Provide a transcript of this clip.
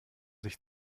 sich